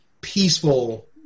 peaceful